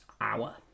hour